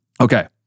Okay